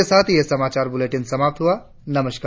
इसी के साथ यह समाचार बुलेटिन समाप्त हुआ नमस्कार